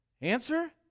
Answer